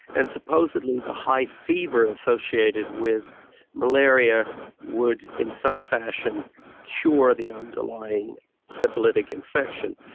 and supposedly the high fever associated with malaria would in some fashion cure the underlying syphilitic infection.